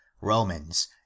Romans